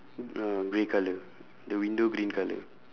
uh grey colour the window green colour